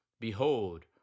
Behold